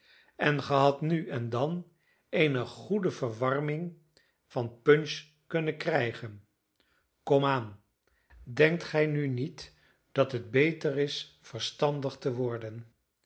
en ge hadt nu en dan eene goede verwarming van punch kunnen krijgen kom aan denkt gij nu niet dat het beter is verstandig te worden